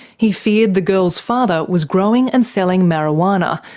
he feared the girls' father was growing and selling marijuana,